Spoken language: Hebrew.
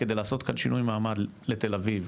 כדי לעשות כאן שינוי מעמד לתל אביב,